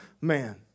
man